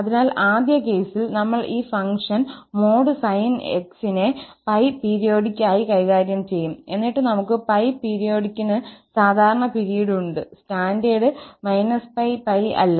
അതിനാൽ ആദ്യ കേസിൽ നമ്മൾ ഈ ഫംഗ്ഷൻ | sin𝑥 | നെ 𝜋 പീരിയോഡിക് ആയി കൈകാര്യം ചെയ്യും എന്നിട്ട് നമുക്ക് 𝜋 പീരിയോഡിക്കിന് സാധാരണ പിരീഡ് ഉണ്ട് സ്റ്റാൻഡേർഡ് -𝜋𝜋 അല്ല